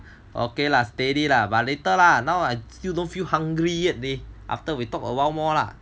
okay lah steady lah but later lah now I still don't feel hungry yet they after we talked a while more lah